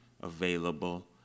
available